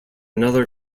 another